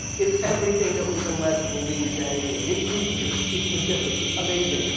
it's everything that we've been led to believe that it is. it breaches. it's majestic. it's amazing.